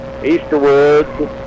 Easterwood